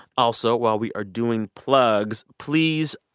also, while we are doing plugs, please,